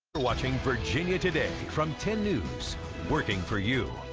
watching virginia today from ten news working for you.